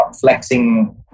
flexing